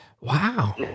wow